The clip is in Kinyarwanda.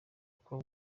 uko